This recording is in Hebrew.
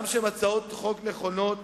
גם שהן הצעות חוק נכונות